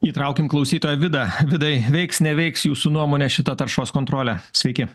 įtraukiam klausytoją vidą vidai veiks neveiks jūsų nuomone šita taršos kontrolė sveiki